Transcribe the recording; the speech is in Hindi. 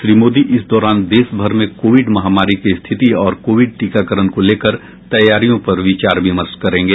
श्री मोदी इस दौरान देशभर में कोविड महामारी की स्थिति और कोविड टीकाकरण को लेकर तैयारियों पर विचार विमर्श करेंगे